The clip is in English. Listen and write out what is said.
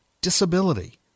disability